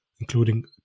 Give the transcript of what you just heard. including